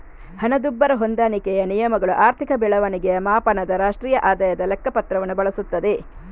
ಹಣದುಬ್ಬರ ಹೊಂದಾಣಿಕೆಯ ನಿಯಮಗಳು ಆರ್ಥಿಕ ಬೆಳವಣಿಗೆಯ ಮಾಪನದ ರಾಷ್ಟ್ರೀಯ ಆದಾಯದ ಲೆಕ್ಕ ಪತ್ರವನ್ನು ಬಳಸುತ್ತದೆ